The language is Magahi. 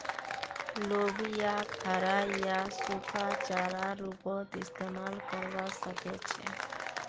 लोबियाक हरा या सूखा चारार रूपत इस्तमाल करवा सके छे